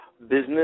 business